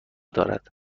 دارد